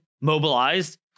mobilized